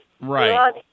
Right